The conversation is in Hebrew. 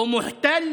( גנב וכובש,